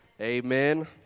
amen